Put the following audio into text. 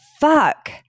fuck